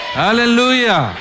hallelujah